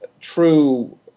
true